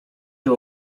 się